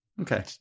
Okay